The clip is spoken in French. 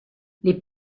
les